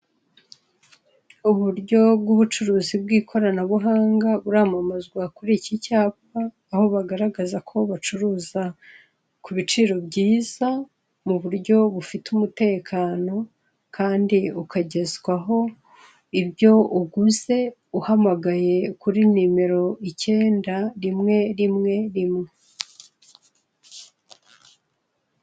Uburyo bw'ubucuruzi bw'ikoranabuhanga buramamazwa kuri iki cyapa, aho bagaragaza ko bacuruza ku biciro byiza, mu buryo bufite umutekano kandi ukagezwaho ibyo uguze uhamagaye kuri nimero ikenda rimwe rimwe rimwe.